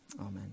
Amen